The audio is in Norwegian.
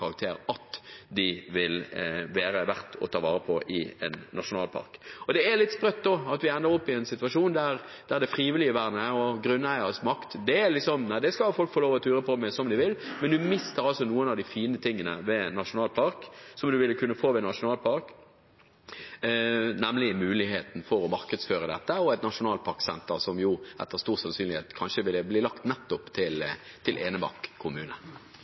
at de vil være verdt å ta vare på i en nasjonalpark. Det er litt sprøtt at vi ender opp i en situasjon der det frivillige vernet og grunneieres makt er noe folk skal få lov til å ture fram med som de vil. Men man mister noe av det fine som man vil kunne få i en nasjonalpark, nemlig muligheten til å markedsføre dette, og et nasjonalparksenter, som med stor sannsynlighet ville bli lagt nettopp til Enebakk kommune.